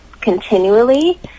continually